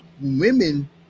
women